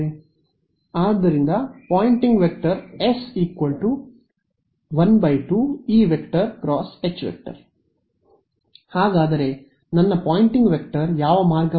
ಆದ್ದರಿಂದ Poynting vector S ೧ 2 E × H ಹಾಗಾದರೆ ನನ್ನ ಪೊಯಿಂಟಿಂಗ್ ವೆಕ್ಟರ್ ಯಾವ ಮಾರ್ಗವಾಗಿದೆ